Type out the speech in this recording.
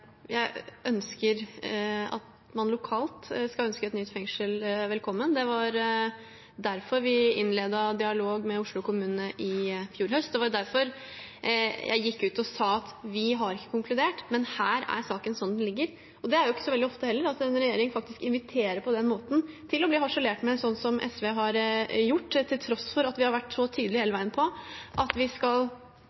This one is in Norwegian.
jeg ønsker at man lokalt skal ønske et nytt fengsel velkommen. Det var derfor vi innledet dialog med Oslo kommune i fjor høst. Det var derfor jeg gikk ut og sa at vi har ikke konkludert, men her er saken slik den foreligger. Det er heller ikke så veldig ofte at en regjering på den måten inviterer til å bli harselert med, slik som SV har gjort, til tross for at vi hele veien har vært så